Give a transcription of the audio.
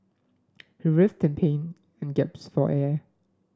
he writhed in pain and gaps for air